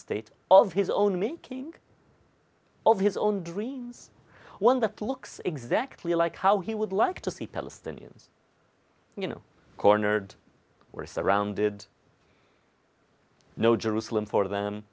state of his own making of his own dreams one that looks exactly like how he would like to see palestinians you know cornered we're surrounded no jerusalem for them